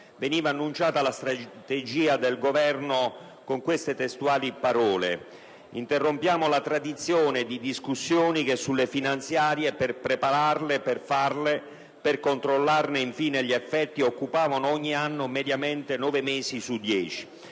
veniva annunciata la strategia del Governo con queste testuali parole: «Interrompiamo la tradizione di discussioni che sulle finanziarie, per prepararle, per farle e per controllarne infine gli effetti occupavano ogni anno mediamente nove mesi su dieci.